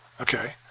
Okay